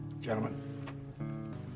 gentlemen